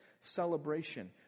celebration